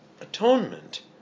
atonement